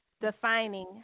defining